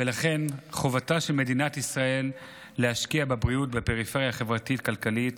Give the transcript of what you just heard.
ולכן חובתה של מדינת ישראל להשקיע בבריאות בפריפריה החברתית-כלכלית